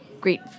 great